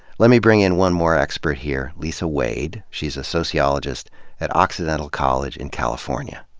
let me bring in one more expert here lisa wade, she's a sociologist at occidental college in california.